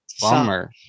bummer